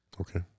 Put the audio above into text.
okay